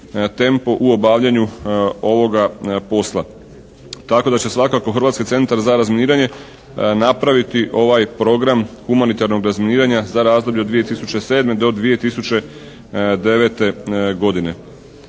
tempo u obavljanju ovoga posla. Tako da će svakako Hrvatski centar za razminiranje napraviti ovaj program humanitarnog razminiranja za razdoblje od 2007. do 2009. godine.